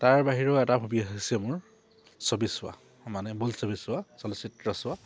তাৰ বাহিৰেও এটা হবী হৈছে মোৰ ছবি চোৱা সমানে বুলছবি চোৱা চলচ্চিত্ৰ চোৱা